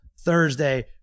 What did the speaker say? Thursday